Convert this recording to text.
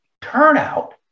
turnout